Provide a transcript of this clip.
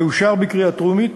תאושר בקריאה טרומית,